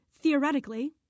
theoretically